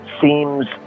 seems